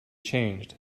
changed